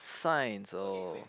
Science oh